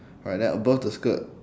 alright then above the skirt